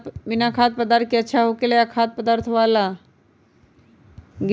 बिना खाद्य पदार्थ के खेती अच्छा होखेला या खाद्य पदार्थ वाला?